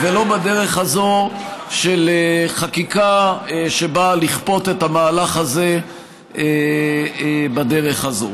ולא בדרך הזאת של חקיקה שבאה לכפות את המהלך הזה בדרך הזאת.